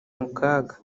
mukaga